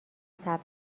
ثبت